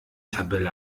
tabelle